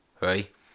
right